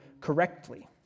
correctly